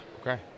okay